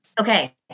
Okay